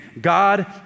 God